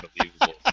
unbelievable